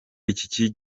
iki